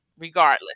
regardless